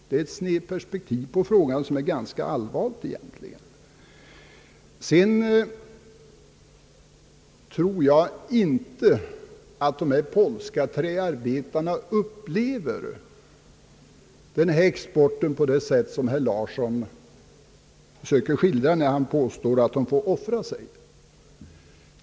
Det är ett snedperspektiv på frågan som är ganska allvarligt. Jag tror inte att polska träarbetare upplever denna export på det sätt som herr Nils Theodor Larsson söker skildra, när han påstår att de får offra sig.